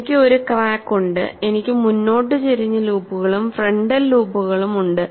എനിക്ക് ഒരു ക്രാക്ക് ഉണ്ട് എനിക്ക് മുന്നോട്ട് ചരിഞ്ഞ ലൂപ്പുകളും ഫ്രന്റൽ ലൂപ്പുകളും ഉണ്ട്